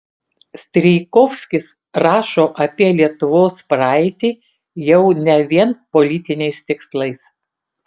strijkovskis rašo apie lietuvos praeitį jau ne vien politiniais tikslais